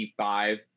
55